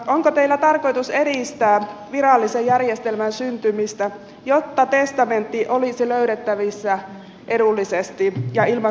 onko teillä tarkoitus edistää virallisen järjestelmän syntymistä jotta testamentti olisi löydettävissä edullisesti ja ilman kustannuksia